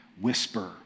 whisper